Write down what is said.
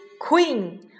Queen